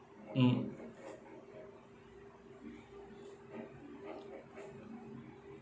mm